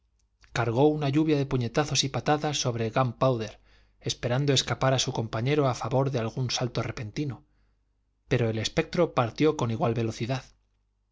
descargó una lluvia de puñetazos y patadas sobre gunpowder esperando escapar a su compañero a favor de algún salto repentino pero el espectro partió con igual velocidad